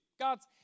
God's